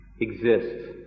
exists